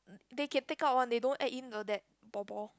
they can take out one they don't add in the that ball ball